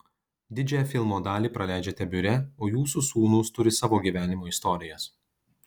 didžią filmo dalį praleidžiate biure o jūsų sūnūs turi savo gyvenimo istorijas